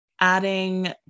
adding